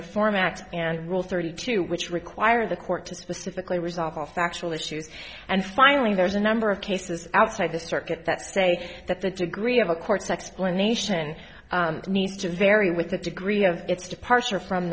reform act and rule thirty two which require the court to specifically resolve all factual issues and finally there's a number of cases outside the circuit that say that the degree of a court's explanation needs to vary with the degree of its departure from